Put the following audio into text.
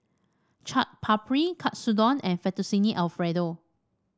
Chaat Papri Katsudon and Fettuccine Alfredo